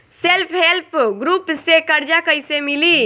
Self help group से कर्जा कईसे मिली?